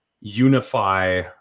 unify